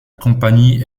compagnie